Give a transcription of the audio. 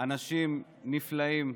אנשים נפלאים,